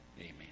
Amen